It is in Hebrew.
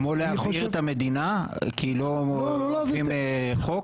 כמו להבעיר את המדינה כי לא אוהבים חוק?